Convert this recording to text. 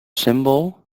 symbols